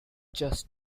just